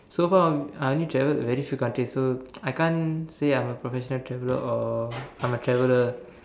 so far I only travel very few countries so I can't say I'm a professional traveller or I'm a traveller